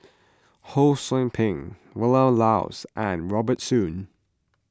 Ho Sou Ping Vilma Laus and Robert Soon